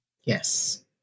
Yes